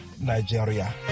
Nigeria